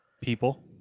people